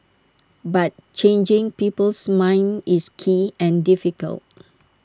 but changing people's minds is key and difficult